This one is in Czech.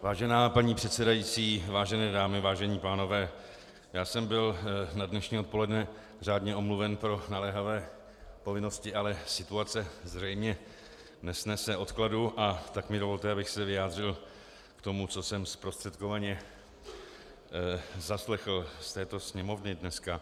Vážená paní předsedající, vážené dámy, vážení pánové, já jsem byl na dnešní odpoledne řádně omluven pro naléhavé povinnosti, ale situace zřejmě nesnese odkladu, a tak mi dovolte, abych se vyjádřil k tomu, co jsem zprostředkovaně zaslechl z této sněmovny dneska.